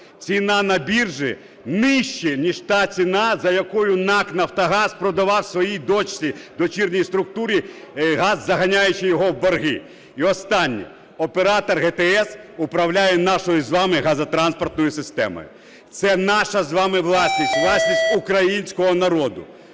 ціна на біржі нижче, ніж та ціна, за яку НАК "Нафтогаз" продавав своїй дочці, дочірній структурі, газ, заганяючи його в борги. І останнє. Оператор ГТС управляє нашою з вами газотранспортною системою, це анаш з вами власність, власність українського народу.